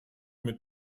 mit